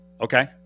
Okay